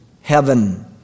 heaven